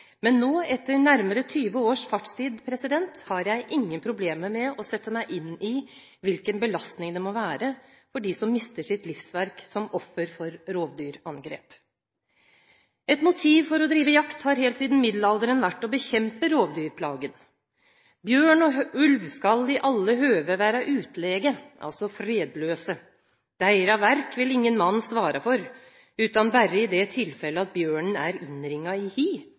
men nå etter nærmere 20 års fartstid har jeg ingen problemer med å sette meg inn i hvilken belastning det må være for dem som mister sitt livsverk som offer for rovdyrangrep. Et motiv for å drive jakt har helt siden middelalderen vært å bekjempe rovdyrplagen. «Bjørn og ulv skal i alle høve vera utlæge» – altså fredløse – «deira verk vil ingen mann svara for – utan berre i det tilfellet at bjørn er innringa i hi»,